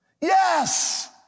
Yes